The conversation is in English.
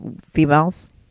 females